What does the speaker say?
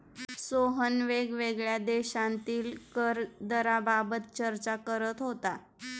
सोहन वेगवेगळ्या देशांतील कर दराबाबत चर्चा करत होता